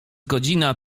godzina